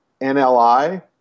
NLI –